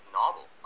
novel